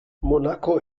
monaco